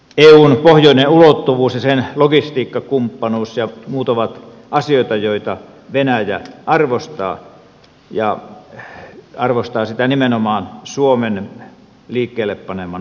eun pohjoinen ulottuvuus ja sen logistiikkakumppanuus ja muut ovat asioita joita venäjä arvostaa ja arvostaa sitä nimenomaan suomen liikkeelle panemana aloitteena